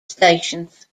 stations